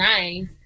nice